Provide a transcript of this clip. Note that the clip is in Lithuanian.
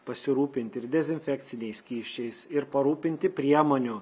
pasirūpinti ir dezinfekciniais skysčiais ir parūpinti priemonių